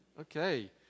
Okay